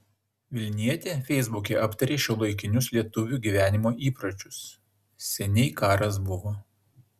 vilnietė feisbuke aptarė šiuolaikinius lietuvių gyvenimo įpročius seniai karas buvo